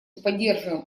поддерживаем